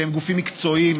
שהם גופים מקצועיים,